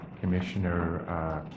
Commissioner